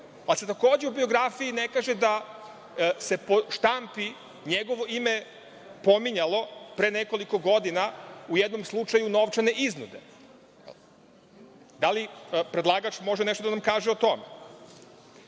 pa se takođe u biografiji ne kaže da se u štampi njegovo ime pominjalo pre nekoliko godina u jednom slučaju novčane iznude. Da li predlagač može nešto da nam kaže o tome?